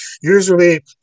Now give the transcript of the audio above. Usually